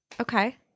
okay